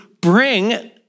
bring